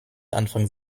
anfang